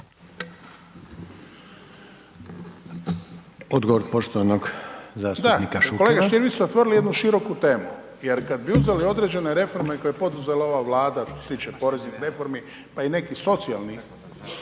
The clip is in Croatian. Odgovor poštovanog zastupnika Šukera. **Šuker, Ivan (HDZ)** Da, kolega Stier vi ste otvorili jednu široku temu. Jer kada bi uzeli određene reforme koje je poduzela ova Vlada što se tiče poreznih reformi pa i nekih socijalnih